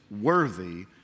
worthy